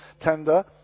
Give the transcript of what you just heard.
tender